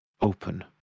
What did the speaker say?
open